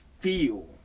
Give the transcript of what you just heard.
feel